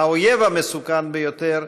האויב המסוכן ביותר,